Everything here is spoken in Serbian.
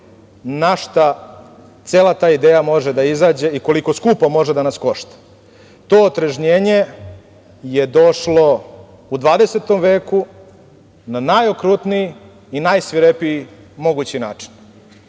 na šta cela ta ideja može da izađe i koliko skupo može da nas košta. To otrežnjenje je došlo u XX veku na najokrutniji i najsvirepiji mogući